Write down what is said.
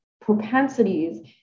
propensities